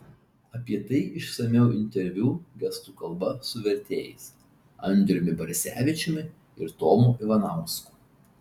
apie tai išsamiau interviu gestų kalba su vertėjais andriumi barisevičiumi ir tomu ivanausku